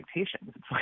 expectations